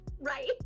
Right